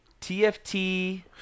TFT